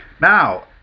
Now